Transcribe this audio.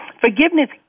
forgiveness